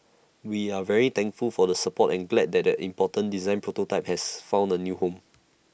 we are very thankful for the support and glad that the important design prototype has found A new home